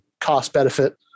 cost-benefit